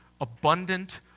abundant